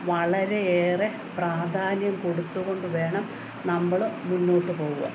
വളരെയേറെ പ്രാധാന്യം കൊടുത്തു കൊണ്ടു വേണം നമ്മൾ മുന്നോട്ട് പോകുവാൻ